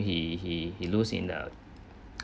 he he he lose in the